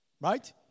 Right